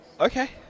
Okay